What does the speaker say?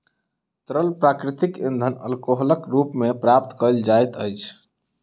तरल प्राकृतिक इंधन अल्कोहलक रूप मे प्राप्त कयल जाइत अछि